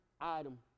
item